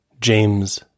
James